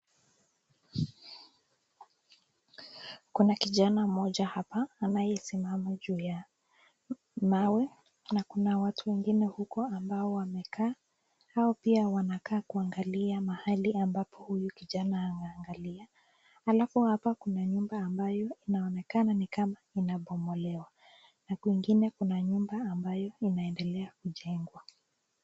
Kuna kijana mmoja hapa anayesimama juu ya mawe na kuna watu wengine huko ambao wamekaa. Hao pia wanakaa kuangalia mahali ambapo huyu kijana anaangalia. Alafu hapa kuna nyumba ambayo inaonekana ni kama inabomolewa na kwingine kuna nyumba ambayo inaendelea kujengwa.